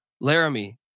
Laramie